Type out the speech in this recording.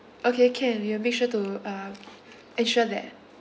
okay can we'll make sure to um ensure that